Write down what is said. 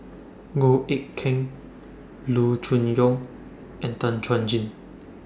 Goh Eck Kheng Loo Choon Yong and Tan Chuan Jin